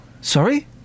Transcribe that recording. Sorry